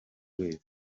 wese